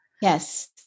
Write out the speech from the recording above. Yes